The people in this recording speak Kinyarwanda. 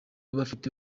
bafite